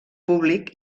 públic